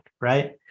Right